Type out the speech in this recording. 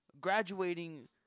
graduating